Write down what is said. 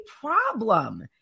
problem